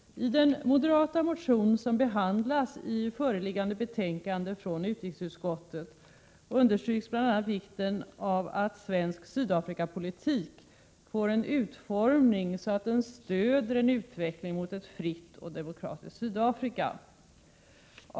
I den moderata motion som behandlas i föreliggande betänkande från utrikesutskottet understryks bl.a. vikten av att svensk Sydafrikapolitik får en utformning så att den stöder en utveckling mot ett fritt och demokratiskt Sydafrika.